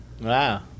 wow